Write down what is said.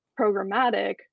programmatic